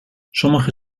sommige